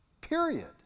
Period